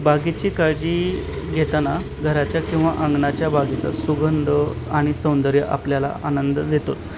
बागेची काळजी घेताना घराच्या किंवा अंगणाच्या बागेचा सुगंंध आणि सौंदर्य आपल्याला आनंद देतोच